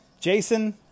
Jason